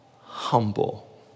humble